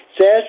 says